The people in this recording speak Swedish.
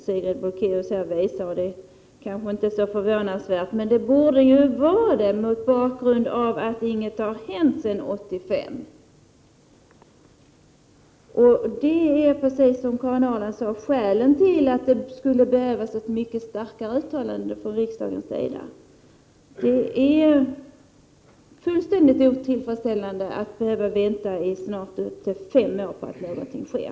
Det är kanske inte så förvånansvärt, men det borde vara det mot bakgrund av att inget har hänt sedan 1985. Det är, precis som Karin Ahrland sade, skälen till att det skulle behövas ett mycket starkare uttalande från riksdagen. Det är fullständigt otillfredsställande att behöva vänta i snart fem år utan att någonting sker.